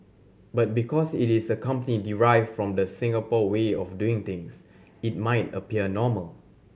but because it is a company derived from the Singapore way of doing things it might appear normal